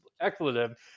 expletive